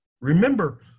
Remember